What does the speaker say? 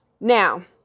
Now